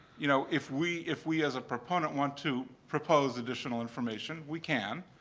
you know, if we if we as a proponent want to propose additional information, we can.